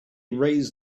raise